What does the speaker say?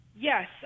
Yes